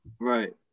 Right